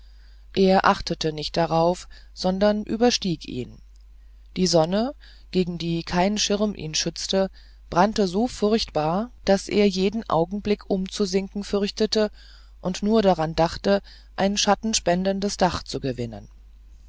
er achtete nicht darauf sondern überstieg ihn die sonne gegen die kein schirm ihn schützte brannte so furchtbar daß er jeden augenblick umzusinken fürchtete und nur daran dachte ein schattenspendendes dach zu gewinnen